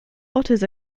otters